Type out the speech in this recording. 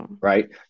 right